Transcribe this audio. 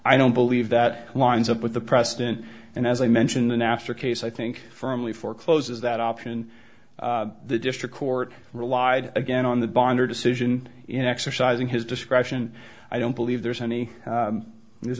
i don't believe that lines up with the president and as i mentioned the napster case i think firmly forecloses that option the district court relied again on the binder decision in exercising his discretion i don't believe there's any there